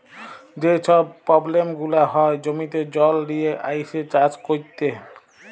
যে ছব পব্লেম গুলা হ্যয় জমিতে জল লিয়ে আইসে চাষ ক্যইরতে